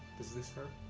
does this hurt?